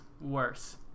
worse